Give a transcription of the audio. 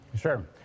Sure